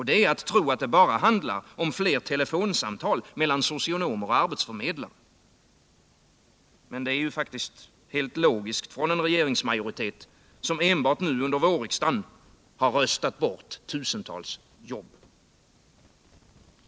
Det är att tro att det bara handlar om fler telefonsamtal mellan socionomer och arbetsförmedlare. Men det är faktiskt helt logiskt från en regeringsmajoritet som enbart nu under vårriksdagen har röstat bort tusentals jobb.